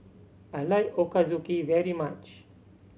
I like Ochazuke very much